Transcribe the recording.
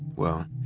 well,